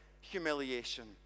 humiliation